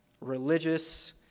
religious